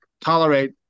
tolerate